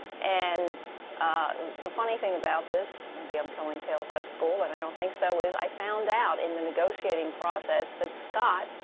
and the funny thing about this maybe i'm telling tales out of school, and i don't think so is i found out in the negotiating process that scott,